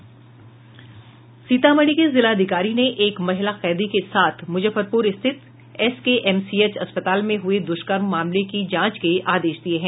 सीतामढ़ी के जिलाधिकारी ने एक महिला कैदी के साथ मुजफ्फरपुर स्थित एसकेएमसीएच अस्पताल में हुए दुष्कर्म मामले की जांच के आदेश दिये हैं